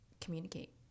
communicate